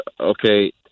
okay